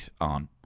on